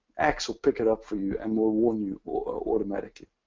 axe will pick it up for you and will warn you automatically.